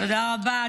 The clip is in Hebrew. תודה רבה.